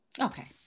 Okay